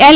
L